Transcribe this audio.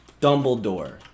Dumbledore